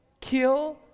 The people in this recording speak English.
kill